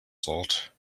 salt